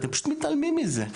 אתם פשוט מתעלמים מזה.